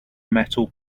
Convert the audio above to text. metal